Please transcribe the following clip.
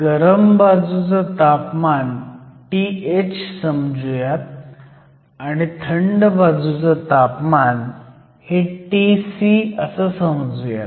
गतं बाजूचं तापमान Th समजुयात आणि थंड बाजूचं तापमान हे Tc समजूयात